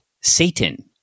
Satan